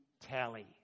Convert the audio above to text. tally